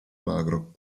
magro